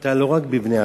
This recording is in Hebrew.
היתה לא רק בבני-אדם,